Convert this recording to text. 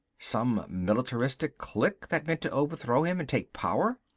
some militaristic clique that meant to overthrow him and take power?